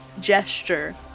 gesture